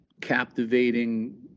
captivating